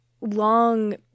long